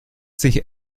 sich